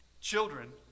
children